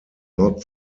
not